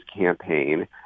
campaign